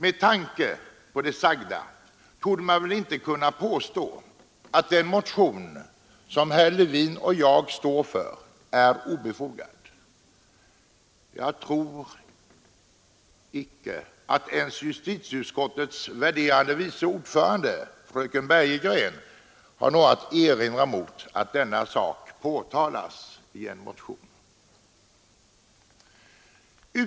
Med tanke på det sagda torde man icke kunna påstå att den motion som herr Levin och jag står för är obefogad. Jag tror icke att ens justitieutskottets värderade vice ordförande, fröken Bergegren, har något att erinra mot att denna sak påtalats i en motion.